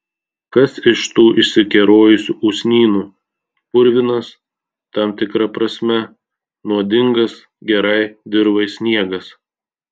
kas iš tų išsikerojusių usnynų purvinas tam tikra prasme nuodingas gerai dirvai sniegas